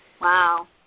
Wow